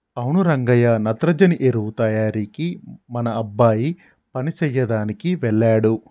అవును రంగయ్య నత్రజని ఎరువు తయారీకి మన అబ్బాయి పని సెయ్యదనికి వెళ్ళాడు